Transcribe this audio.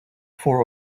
for